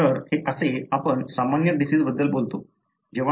तर हे असे आपण सामान्य डिसिजबद्दल बोलतो